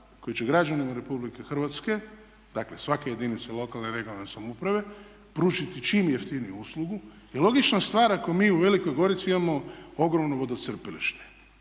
koji će građanima Republike Hrvatske, dakle svake jedinice lokalne, regionalne samouprave pružiti čim jeftiniju uslugu. I logična stvar, ako mi u Velikoj Gorici imamo ogromno vodocrpilište,